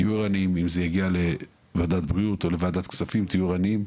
תהיו ערניים אם זה יגיע לוועדת בריאות או לוועדת כספים תהיו ערניים,